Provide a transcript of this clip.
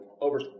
over